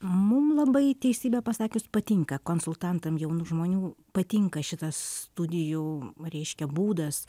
mum labai teisybę pasakius patinka konsultantam jaunų žmonių patinka šitas studijų reiškia būdas